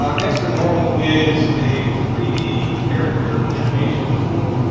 um xtra normal is a three d character animation tool.